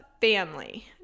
family